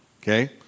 okay